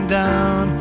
down